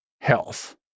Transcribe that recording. health